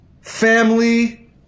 family